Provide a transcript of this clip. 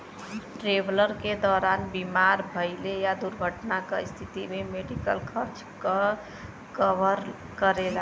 travel क दौरान बीमार भइले या दुर्घटना क स्थिति में मेडिकल खर्च क कवर करेला